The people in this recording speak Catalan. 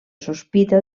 sospita